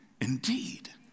indeed